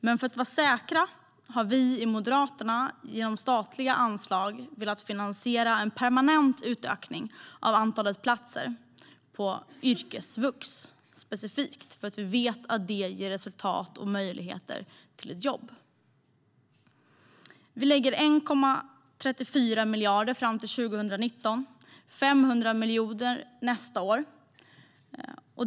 Men för att vi ska vara säkra på det har vi i Moderaterna genom statliga anslag finansierat en permanent utökning av antalet platser på yrkesvux specifikt för att vi vet att det ger resultat och möjligheter till ett jobb. Vi lägger 1,34 miljarder fram till 2019, och 500 miljoner nästa år, på detta.